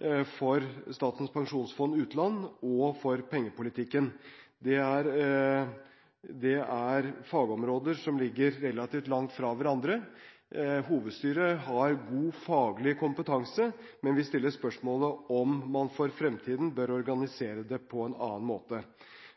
både Statens pensjonsfond utland og for pengepolitikken. Det er fagområder som ligger relativt langt fra hverandre. Hovedstyret har god faglig kompetanse, men vi stiller spørsmålet: Bør man for fremtiden organisere det på en annen måte?